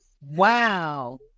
Wow